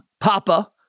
Papa